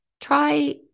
try